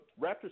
Raptors